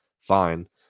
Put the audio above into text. fine